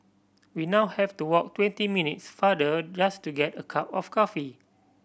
we now have to walk twenty minutes farther just to get a cup of coffee